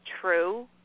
true